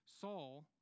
Saul